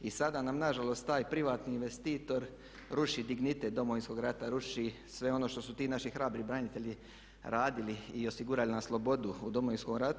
I sada nam nažalost taj privatni investitor ruši dignitet Domovinskog rata, ruši sve ono što su ti naši hrabri branitelji radili i osigurali nam slobodu u Domovinskom ratu.